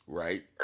right